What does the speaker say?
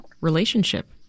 relationship